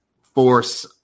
force